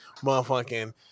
motherfucking